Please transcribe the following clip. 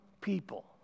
people